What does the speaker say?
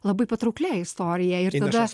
labai patrauklia istoriją ir tada